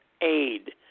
aid